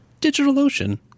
DigitalOcean